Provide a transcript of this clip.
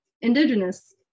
indigenous